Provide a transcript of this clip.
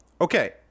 Okay